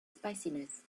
spiciness